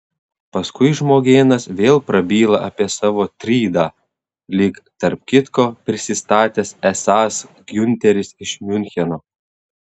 paskui žmogėnas vėl prabyla apie savo trydą lyg tarp kitko prisistatęs esąs giunteris iš miuncheno